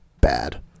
bad